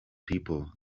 people